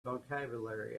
vocabulary